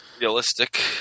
Realistic